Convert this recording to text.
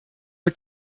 are